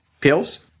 pills